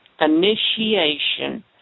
initiation